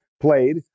played